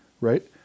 right